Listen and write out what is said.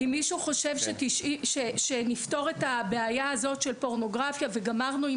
אם מישהו חושב שנפתור את הבעיה של פורנוגרפיה וגמרנו עם